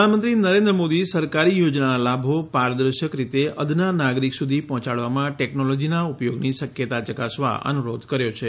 પ્રધાનમંત્રી નરેન્દ્ર મોદી સરકારી યોજનાનાં લાભો પારદર્શક રીતે અદના નાગરીક સુધી પહોંચાડવામાં ટેકનોલોજીનાં ઉપયોગની શક્યતા ચકાસવા અનુરોધ કર્યો છે